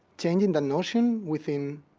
changing the notion within